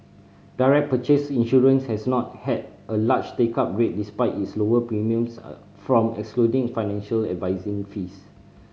direct purchase insurance has not had a large take up rate despite its lower premiums a from excluding financial advising fees